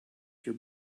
your